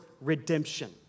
redemption